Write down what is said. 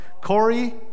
Corey